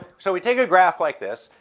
so we take a graph like this.